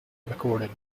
recorded